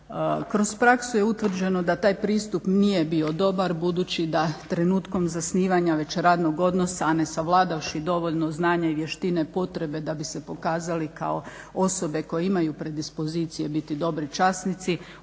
Kroz praksu je utvrđeno da taj pristup nije bio dobar budući da trenutkom zasnivanja već radnog odnosa a ne savladavši dovoljno znanja i vještine potrebe da bi se pokazali kao osobe koje imaju predispozicije biti dobri časnici